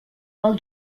pel